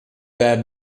that